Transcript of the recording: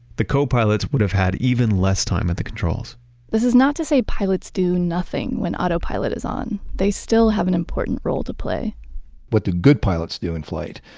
the co-pilot's would have had even less time at the controls this is not to say pilots do nothing when autopilot is on. they still have an important role to play what the good pilots do in flight,